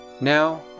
Now